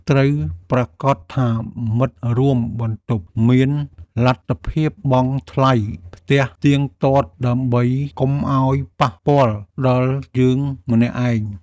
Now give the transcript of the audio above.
ត្រូវប្រាកដថាមិត្តរួមបន្ទប់មានលទ្ធភាពបង់ថ្លៃផ្ទះទៀងទាត់ដើម្បីកុំឱ្យប៉ះពាល់ដល់យើងម្នាក់ឯង។